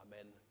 Amen